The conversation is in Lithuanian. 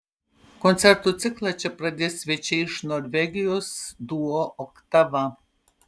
koncertų ciklą čia pradės svečiai iš norvegijos duo oktava